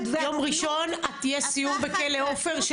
--- יום ראשון יהיה סיור של הוועדה בכלא עופר,